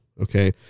Okay